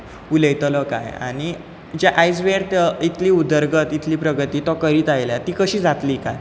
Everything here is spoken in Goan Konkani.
उलयतलो काय आनी जें आयजवेर त इतली उदरगत इतली प्रगती तो करीत आयल्या ती कशी जातली काय